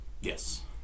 Yes